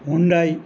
Hyundai